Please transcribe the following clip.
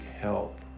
help